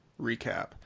recap